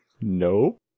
No